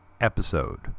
episode